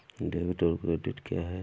Debit और credit क्या है?